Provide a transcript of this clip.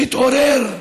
תתעורר.